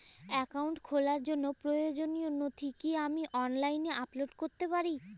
Account খোলার জন্য প্রয়োজনীয় নথি কি আমি অনলাইনে আপলোড করতে পারি?